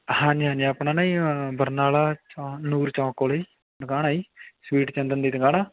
ਹਾਂਜੀ ਹਾਂਜੀ ਆਪਣਾ ਨਾ ਜੀ ਬਰਨਾਲਾ ਚੋ ਨੂਰ ਚੌਂਕ ਕੋਲ ਦੁਕਾਨ ਆ ਜੀ ਸਵੀਟ ਚੰਦਨ ਦੀ ਦੁਕਾਨ ਆ